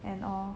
and all